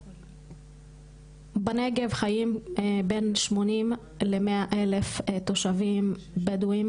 בנגב חיים בין 80 ל-100 אלף תושבים בדויים